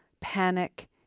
panic